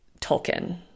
Tolkien